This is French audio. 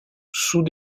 sous